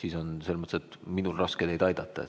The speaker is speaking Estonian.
Siis on minul raske teid aidata,